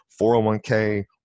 401k